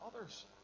others